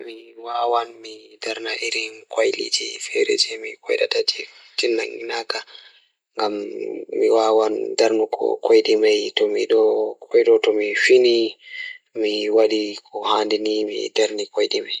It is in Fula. Mi wawa mi darna mi waɗataa jaɓde toɓɓere njiyngirde noone ngal am. Ko ndee, ngal toɓɓere ngal o waawataa waɗi ngam miɗo waɗude fiyaangu ngal cuuraande ngal am e waɗude njam. Miɗo waɗataa waɗude ngal hakillo ngal am ngam njiddaade ngal jukkere ngal am.